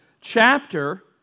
chapter